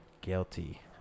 Guilty